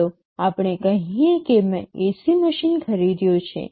ચાલો આપણે કહીએ કે મેં AC મશીન ખરીદ્યો છે